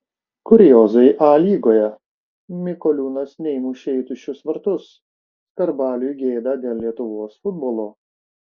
kuriozai a lygoje mikoliūnas neįmušė į tuščius vartus skarbaliui gėda dėl lietuvos futbolo